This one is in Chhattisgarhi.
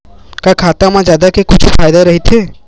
का खाता मा जमा के कुछु फ़ायदा राइथे?